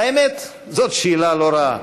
האמת, זאת שאלה לא רעה.